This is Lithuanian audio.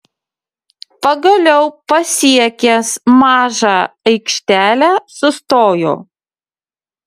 pagaliau pasiekęs mažą aikštelę sustojo